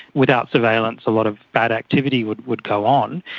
without surveillance a lot of bad activity would would go on.